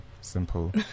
simple